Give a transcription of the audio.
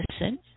listen